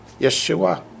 Yeshua